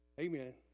Amen